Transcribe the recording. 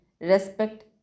respect